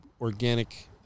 organic